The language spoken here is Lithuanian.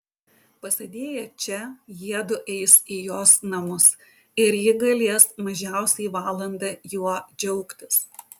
pasėdėję čia jiedu eis į jos namus ir ji galės mažiausiai valandą juo džiaugtis